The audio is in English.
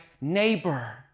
neighbor